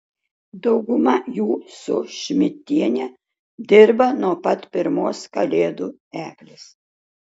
dauguma jų su šmidtiene dirba nuo pat pirmos kalėdų eglės